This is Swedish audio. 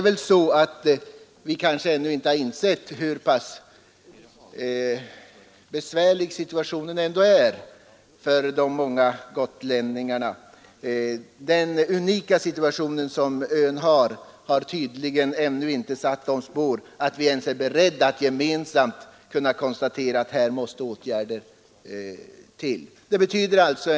Man kanske ännu inte har insett hur besvärlig situationen är för de många gotlänningarna. Öns unika förhållanden har tydligen inte satt sådana spår att vi ens är beredda att konstatera att åtgärder måste vidtas.